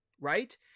right